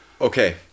Okay